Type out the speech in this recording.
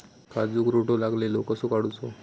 काजूक रोटो लागलेलो कसो काडूचो?